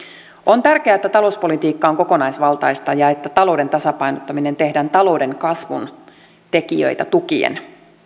on tärkeää että talouspolitiikka on kokonaisvaltaista ja että talouden tasapainottaminen tehdään talouden kasvun tekijöitä tukien